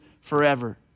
forever